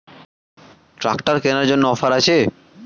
Tractor কেনার জন্য offer আছে?